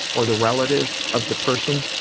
or the relative of the person,